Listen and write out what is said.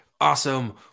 awesome